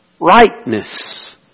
rightness